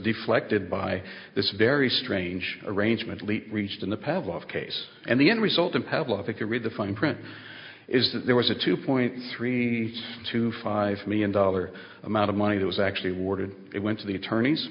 deflected by this very strange arrangement lete reached in the pavlov case and the end result in public i think you read the fine print is that there was a two point three to five million dollar amount of money that was actually warded it went to the attorneys